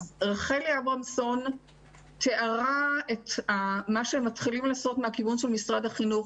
אז רחלי אברמזון תיארה את מה שהם מתחילים לעשות מהכיוון של משרד החינוך.